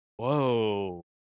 whoa